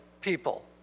people